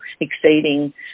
exceeding